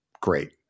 great